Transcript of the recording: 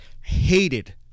Hated